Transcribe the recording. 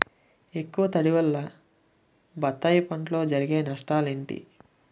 ఎక్కువ తడి వల్ల బత్తాయి పంటలో జరిగే నష్టాలేంటి?